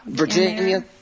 Virginia